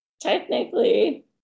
Technically